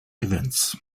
events